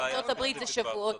בארצות הברית זה עניין של שבועות.